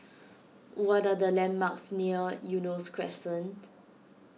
what are the landmarks near Eunos Crescent